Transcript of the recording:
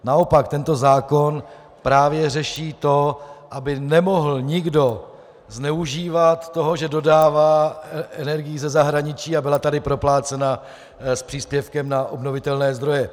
Naopak tento zákon právě řeší to, aby nikdo nemohl zneužívat toho, že dodává energii ze zahraničí a byla tady proplácena s příspěvkem na obnovitelné zdroje.